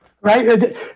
Right